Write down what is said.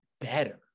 better